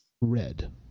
Red